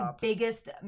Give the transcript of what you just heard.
biggest